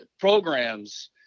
programs